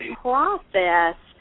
process